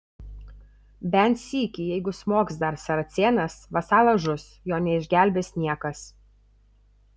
bent sykį jeigu smogs dar saracėnas vasalas žus jo neišgelbės niekas